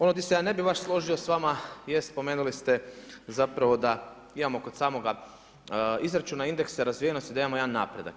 Ono di se ja ne bih baš složio sa vama je spomenuli ste zapravo da imamo kod samoga izračuna indeksa razvijenosti da imamo jedan napredak.